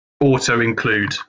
auto-include